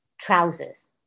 trousers